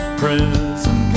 prison